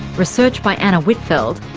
research by anna whitfeld,